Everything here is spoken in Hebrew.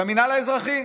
והמינהל האזרחי,